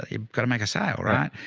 ah you've got to make a sale, right?